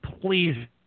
please